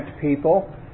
people